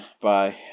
Bye